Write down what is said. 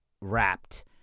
wrapped